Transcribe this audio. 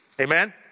Amen